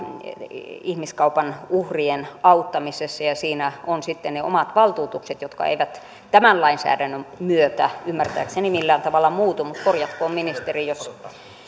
ihmiskaupan uhrien auttamisessa ja siinä on sitten ne omat valtuutukset jotka eivät tämän lainsäädännön myötä ymmärtääkseni millään tavalla muutu mutta korjatkoon ministeri jos